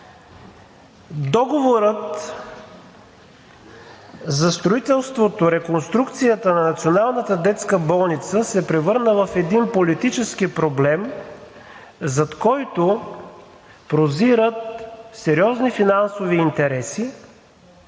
Договорът за строителството, реконструкцията на Националната детска болница се превърна в един политически проблем, зад който прозират сериозни финансови интереси